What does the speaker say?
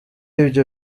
ibyo